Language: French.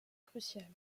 crucial